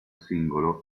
singolo